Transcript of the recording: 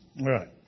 Right